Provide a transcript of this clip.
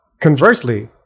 conversely